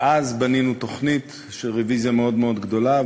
ואז בנינו תוכנית של רוויזיה מאוד מאוד גדולה,